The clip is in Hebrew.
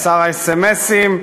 לשר האס-אם-אסים,